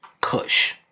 Kush